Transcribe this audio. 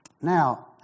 Now